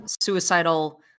suicidal